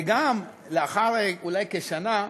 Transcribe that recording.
וגם לאחר כשנה,